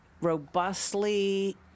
robustly